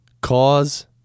cause